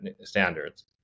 standards